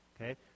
okay